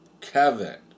Kevin